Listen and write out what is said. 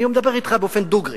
ואני מדבר אתך דוגרי: